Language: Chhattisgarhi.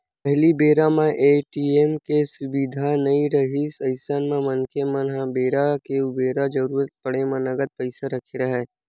पहिली बेरा म ए.टी.एम के सुबिधा नइ रिहिस अइसन म मनखे मन ह बेरा के उबेरा जरुरत पड़े म नगद पइसा रखे राहय